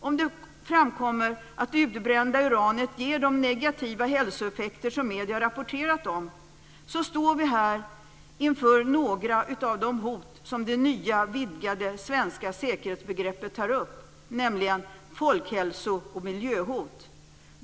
Om det framkommer att det utbrända uranet ger de negativa hälsoeffekter som medierna har rapporterat om står vi här inför några av de hot som det nya, vidgade svenska säkerhetsbegreppet tar upp, nämligen folkhälso och miljöhot.